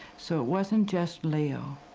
so it wasn't just leo,